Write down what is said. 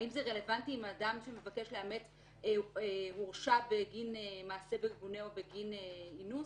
האם זה רלוונטי אם אדם שמבקש לאמץ הורשע בגין מעשה מגונה או בגין אינוס?